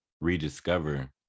rediscover